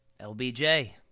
LBJ